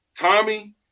Tommy